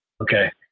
Okay